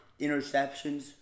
interceptions